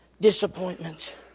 disappointments